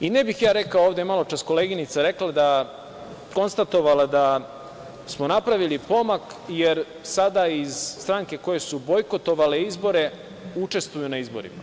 Ne bih ja rekao ovde, maločas je koleginica konstatovala da smo napravili pomak jer sada stranke koje su bojkotovale izbore učestvuju na izborima.